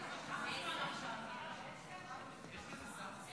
תודה רבה, אדוני היושב-ראש,